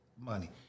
money